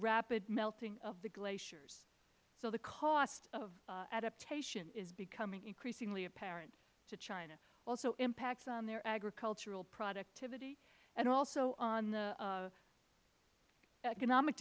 rapid melting of the glaciers so the cost of adaptation is becoming increasingly apparent to china also impacts on their agricultural productivity and also on the economic